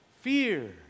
fear